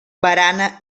barana